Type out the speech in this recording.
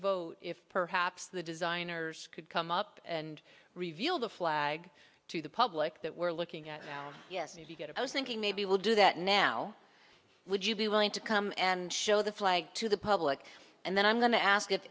vote if perhaps the designers could come up and reveal the flag to the public that we're looking at now yes if you get it i was thinking maybe we'll do that now would you be willing to come and show the flag to the public and then i'm going to ask if